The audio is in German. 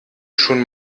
schon